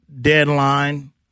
deadline